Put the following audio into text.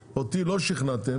אבל אותי לא שכנעתם